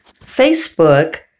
Facebook